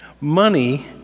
Money